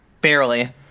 Barely